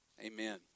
Amen